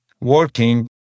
working